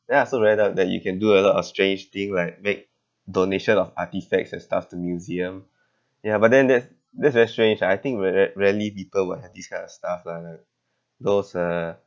then I also read up that you can do a lot of strange thing like make donation of artifacts and stuff to museum ya but then that's that's very strange ah I think rare~ rarely people will have this kind of stuff lah like those uh